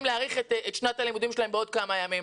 להאריך את שנת הלימודים שלהם בעוד כמה ימים.